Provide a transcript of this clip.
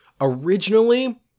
originally